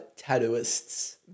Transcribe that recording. tattooists